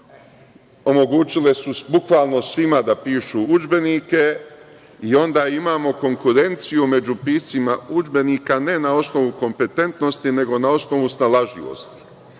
omogućile su svima da pišu udžbenike i onda imamo konkurenciju među piscima udžbenika, ne na osnovu kompetentnosti, nego na osnovu snalažljivosti,